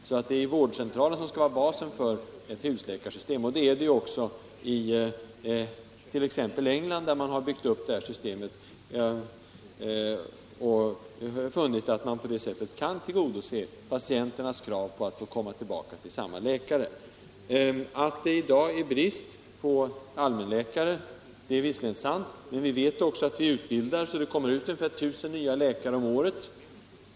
Det är alltså vårdcentralen som skall vara basen för ett husläkarsystem. Så är det också i t.ex. England, där man har byggt upp ett sådant system och funnit att man på det sättet kan tillgodose patienternas krav på att få komma tillbaka till samma läkare. Att det i dag är brist på allmänläkare är visserligen sant, men vi utbildar ungefär 1 000 nya läkare om året.